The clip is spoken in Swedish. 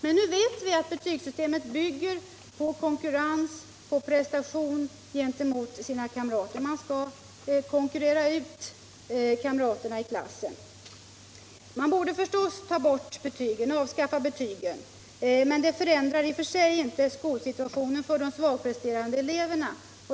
Men nu vet vi att betygssystemet bygger på konkurrens, på prestation gentemot sina kamrater, man skall konkurrera ut kamraterna i klassen. Vi borde förstås avskaffa betygen, men det förändrar i och för sig inte skolsituationen för de svagpresterande eleverna.